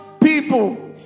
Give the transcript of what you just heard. people